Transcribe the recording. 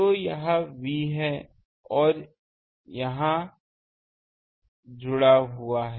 तो यह V है यह यहां जुड़ा हुआ है